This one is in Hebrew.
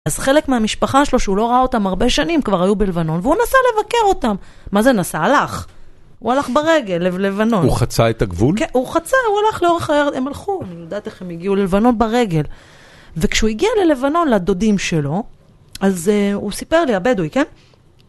אז חלק מהמשפחה שלו, שהוא לא ראה אותם הרבה שנים, כבר היו בלבנון, והוא נסע לבקר אותם. מה זה נסע? הלך. הוא הלך ברגל ללבנון. הוא חצה את הגבול? כן, הוא חצה, הוא הלך לאורך הירד... הם הלכו, אני יודעת איך הם הגיעו ללבנון? ברגל. וכשהוא הגיע ללבנון, לדודים שלו, אז הוא סיפר לי, הבדואי, כן?